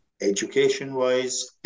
education-wise